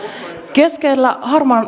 keskellä